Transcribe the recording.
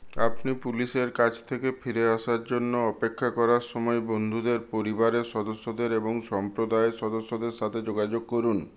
আপনি পুলিশের কাছ থেকে ফিরে আসার জন্য অপেক্ষা করার সময় বন্ধুদের পরিবারের সদস্যদের এবং সম্প্রদায়ের সদস্যদের সাথে যোগাযোগ করুন